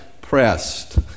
pressed